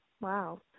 Wow